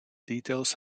details